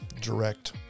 direct